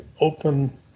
open